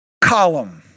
Column